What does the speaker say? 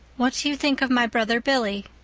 what do you think of my brother billy?